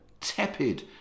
tepid